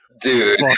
Dude